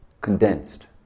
condensed